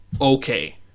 okay